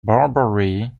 barbary